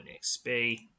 XP